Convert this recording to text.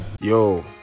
Yo